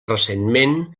recentment